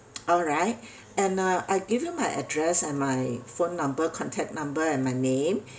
alright and uh I give you my address and my phone number contact number and my name